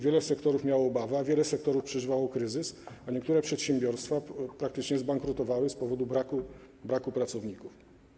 Wiele sektorów miało obawy, wiele sektorów przeżywało kryzys, a niektóre przedsiębiorstwa praktycznie zbankrutowały z powodu braku pracowników.